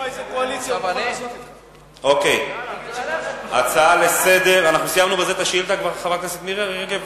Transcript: בזה סיימנו את השאילתא, חברת הכנסת מירי רגב.